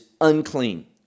unclean